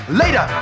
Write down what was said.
later